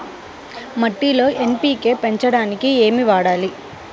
మట్టిలో ఎన్.పీ.కే పెంచడానికి ఏమి వాడాలి?